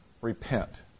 repent